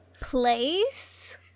place